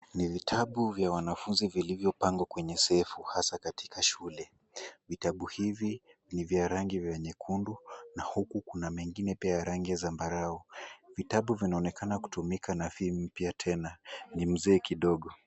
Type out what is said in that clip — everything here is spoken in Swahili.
Ni vitabu vya wanafunzi vilivyopangwa kwenye safu hasa katika shule, vitabu hivi ni vya rangi nyekundu na huku kuna mengine ambayo ni ya rangi ya zambarau. Vitabu vianonekana kutumika na si mpya tena vinakaa mzee.